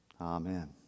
Amen